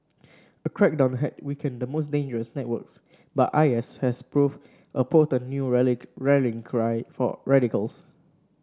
a crackdown had weakened the most dangerous networks but I S has proved a potent new rallying cry for radicals